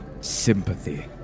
sympathy